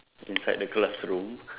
inside the classroom